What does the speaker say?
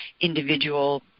individual